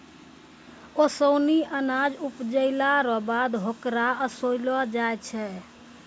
ओसानी अनाज उपजैला रो बाद होकरा ओसैलो जाय छै